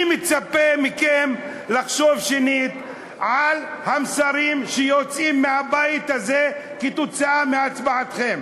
אני מצפה מכם לחשוב שנית על המסרים שיוצאים מהבית הזה כתוצאה מהצבעתכם.